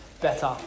better